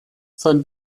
sein